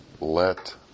let